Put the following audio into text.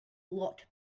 lot